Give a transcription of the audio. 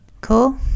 Cool